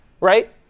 right